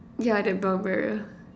yeah that brown barrier